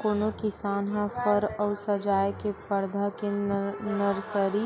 कोनो किसान ह फर अउ सजाए के पउधा के नरसरी